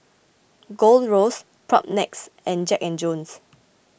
Gold Roast Propnex and Jack and Jones